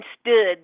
stood